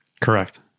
Correct